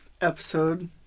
Episode